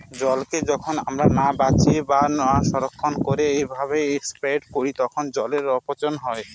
জলকে যখন আমরা না বাঁচিয়ে বা না সংরক্ষণ করে ওভার এক্সপ্লইট করি তখন জলের অপচয় হয়